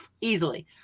easily